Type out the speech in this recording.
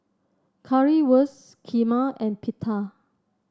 Currywurst Kheema and Pita